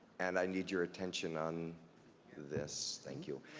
and i need your attention on this. thank you.